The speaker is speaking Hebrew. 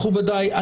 מכובדיי,